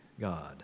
God